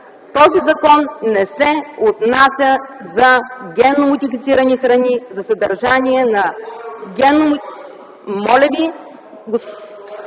този закон не се отнася за генно модифицирани храни, за съдържание на генно модифицирани